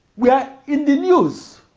were in the news